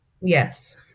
Yes